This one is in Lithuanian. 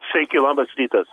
sveiki labas rytas